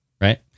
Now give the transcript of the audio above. Right